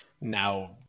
now